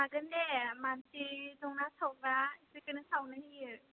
हागोन दे मानसि दंना सावग्रा बिसोरखौनो सावनो होयो